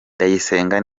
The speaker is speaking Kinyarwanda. ndayisenga